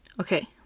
Okay